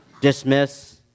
Dismiss